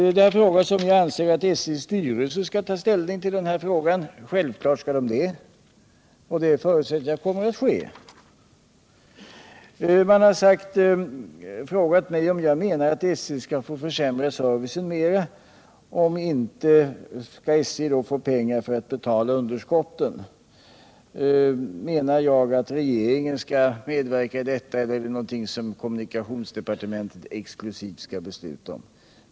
Det har frågats om jag anser att SJ:s styrelse skall ta ställning till den här frågan. Självfallet skall den göra det, och jag förutsätter att det kommer att ske. Man har vidare frågat mig om jag anser att SJ skall få försämra servicen ytterligare och om SJ i annat fall skall få pengar för att betala underskotten. Det har vidare frågats om jag anser att regeringen skall fatta beslut i dessa frågor eller om det är någonting som kommunikationsdepartementet exklusivt skall fatta beslut om.